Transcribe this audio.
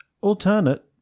Alternate